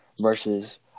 versus